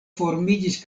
formiĝis